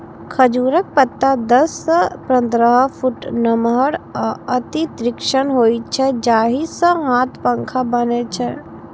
खजूरक पत्ता दस सं पंद्रह फुट नमहर आ अति तीक्ष्ण होइ छै, जाहि सं हाथ पंखा बनै छै